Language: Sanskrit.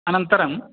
अनन्तरं